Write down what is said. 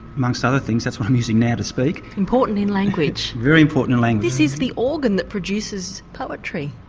amongst other things that's what i'm using now to speak. important in language. very important in language. this is the organ that produces poetry,